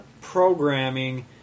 programming